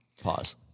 Pause